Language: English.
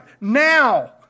now